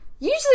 Usually